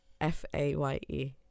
F-A-Y-E